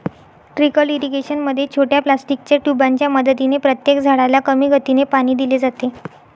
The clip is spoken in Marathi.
ट्रीकल इरिगेशन मध्ये छोट्या प्लास्टिकच्या ट्यूबांच्या मदतीने प्रत्येक झाडाला कमी गतीने पाणी दिले जाते